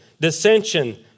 dissension